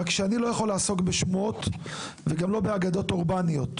רק שאני לא יכול לעסוק בשמועות או באגדות אורבניות.